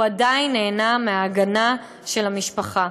הוא עדיין נהנה מההגנה של המשפחה.